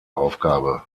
aufgabe